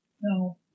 No